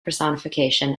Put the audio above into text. personification